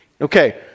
Okay